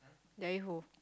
die